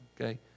okay